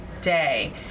day